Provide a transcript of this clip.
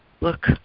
look